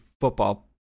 football